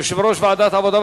יושב-ראש ועדת העבודה,